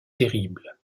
terrible